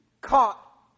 caught